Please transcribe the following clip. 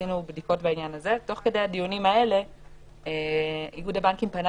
עשינו בדיקות בעניין הזה ותוך כדי הדיונים האלה איגוד הבנקים פנה